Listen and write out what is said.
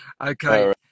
Okay